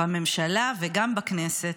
בממשלה וגם בכנסת,